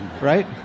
right